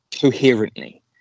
coherently